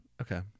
okay